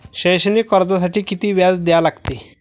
शैक्षणिक कर्जासाठी किती व्याज द्या लागते?